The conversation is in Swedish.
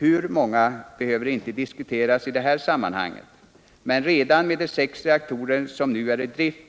Hur många behöver inte diskuteras i detta sammanhang, men redan med de sex reaktorer som nu är i drift